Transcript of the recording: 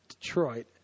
Detroit